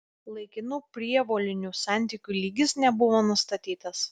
laikinų prievolinių santykių lygis nebuvo nustatytas